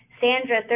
Sandra